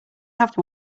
have